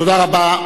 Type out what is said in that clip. תודה רבה.